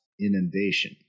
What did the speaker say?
inundation